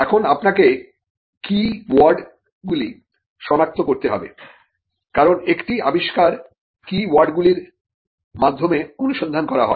এখন আপনাকে কীওয়ার্ডগুলি শনাক্ত করতে হবে কারণ একটি আবিষ্কার কিওয়ার্ডগুলির মাধ্যমে অনুসন্ধান করা হয়